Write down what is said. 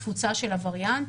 תפוצה של הווריאנט.